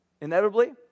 Inevitably